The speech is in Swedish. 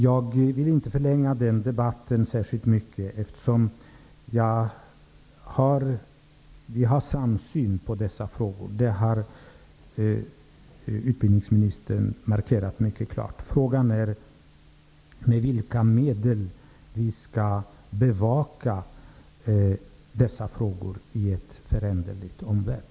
Jag vill inte förlänga den här debatten, eftersom utbildningsministern och jag har samma syn på dessa frågor, vilket utbildningsministern mycket klart har markerat. Frågan är: Hur skall vi bevaka dessa frågor i en föränderlig omvärld?